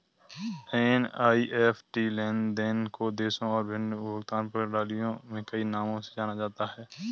NEFT लेन देन को देशों और विभिन्न भुगतान प्रणालियों में कई नामों से जाना जाता है